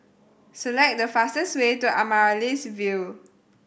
select the fastest way to Amaryllis Ville